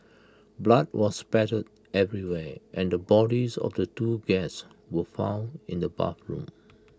blood was spattered everywhere and the bodies of the two guests were found in the bathroom